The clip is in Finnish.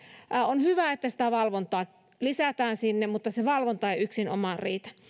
on hyvä että sitä valvontaa lisätään mutta se valvonta ei yksinomaan riitä